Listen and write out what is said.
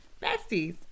besties